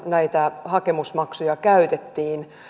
näitä hakemusmaksuja käytettiin